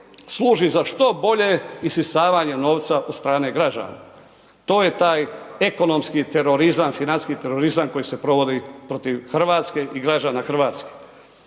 služi za što bolje isisavanje novca od strane građane. To je taj ekonomski terorizam, financijski terorizam koji se provodi protiv Hrvatske i građana Hrvatske.